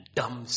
dumb